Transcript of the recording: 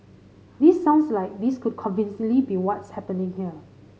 this sounds like this could convincingly be what's happening here